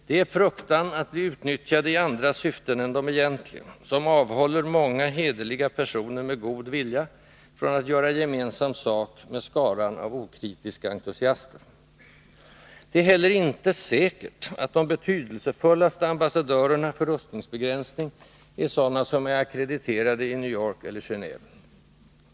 Det är fruktan att bli utnyttjad i andra syften än de egentliga, som avhåller många hederliga personer med god vilja från att göra gemensam sak med skaran av okritiska entusiaster. Det är heller inte säkert att de betydelsefullaste ambassadörerna för rustningsbegränsning är sådana som är ackrediterade i New York eller Geneve.